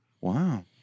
Wow